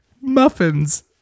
muffins